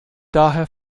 daher